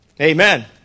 Amen